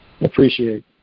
Appreciate